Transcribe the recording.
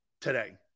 today